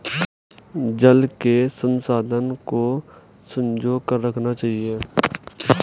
जल के संसाधन को संजो कर रखना चाहिए